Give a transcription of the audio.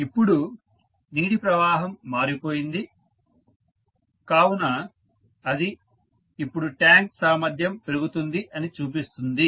ఇప్పుడు నీటి ప్రవాహం మారిపోయింది కావున అది ఇప్పుడు ట్యాంక్ సామర్థ్యం పెరుగుతుంది అని చూపిస్తుంది